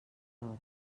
hores